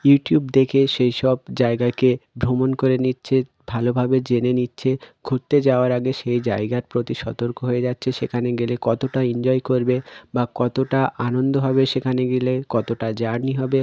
YouTube দেখে সেই সব জায়গাকে ভ্রমণ করে নিচ্ছে ভালোভাবে জেনে নিচ্ছে ঘুরতে যাওয়ার আগে সেই জায়গার প্রতি সতর্ক হয়ে যাচ্ছে সেখানে গেলে কতটা এনজয় করবে বা কতটা আনন্দ হবে সেখানে গেলে কতটা জার্নি হবে